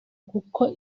kuko